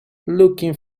looking